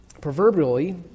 proverbially